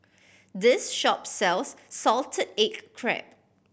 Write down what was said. this shop sells salted egg crab